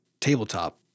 tabletop